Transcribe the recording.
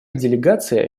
делегация